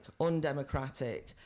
undemocratic